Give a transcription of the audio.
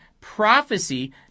prophecy